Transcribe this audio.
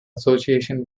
association